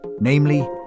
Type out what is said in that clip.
Namely